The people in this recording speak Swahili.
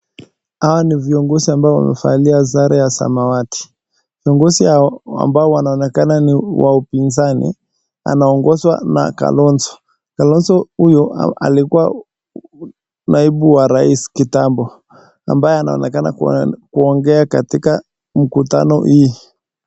Hawa ni viongozi ambao wamevalia sare ya samawati, vingozi hao ambao wanaonekana ni wa upinzani wanaongozwa na Kalonzo , Kalonzo huyo alikuwa naibu wa Rais kitambo ambaye anaonekana kuongea katika mkutano hii.